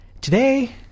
today